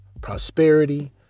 prosperity